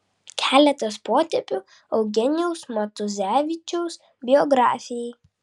keletas potėpių eugenijaus matuzevičiaus biografijai